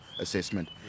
assessment